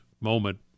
moment